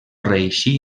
reeixí